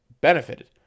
benefited